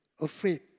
afraid